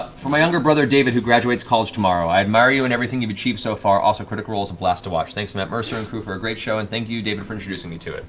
for my younger brother david, who graduates college tomorrow. i admire you and everything you've achieved so far. also, critical role is a blast to watch. thanks to matt mercer and crew for a great show and thank you, david, for introducing me to